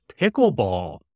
pickleball